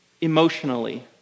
emotionally